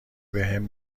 بهم